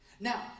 Now